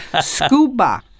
scuba